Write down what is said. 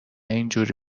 اینجوری